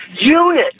unit